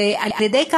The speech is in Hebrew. וכך,